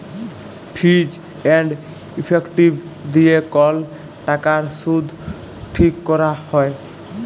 fees and effective দিয়ে কল টাকার শুধ ঠিক ক্যরা হ্যয়